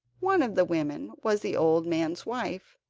one of the women was the old man's wife,